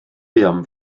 buom